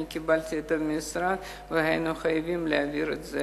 קיבלתי את המשרד והיינו חייבים להעביר את זה